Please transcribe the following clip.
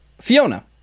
Fiona